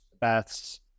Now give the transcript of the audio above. Baths